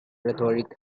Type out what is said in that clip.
rhetoric